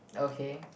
okay